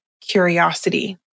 curiosity